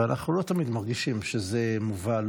ואנחנו לא תמיד מרגישים שזה מובא,